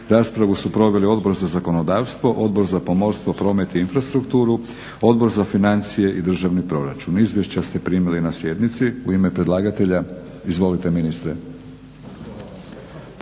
Raspravu su proveli Odbor za zakonodavstvo, Odbor za pomorstvo, promet i infrastrukturu, Odbor za financije i državni proračun. Izvješća ste primili na sjednici. U ime predlagatelja izvolite ministre.